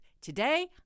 Today